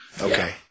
Okay